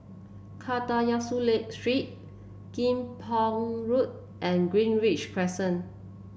Kadayanallur Street Kim Pong Road and Greenridge Crescent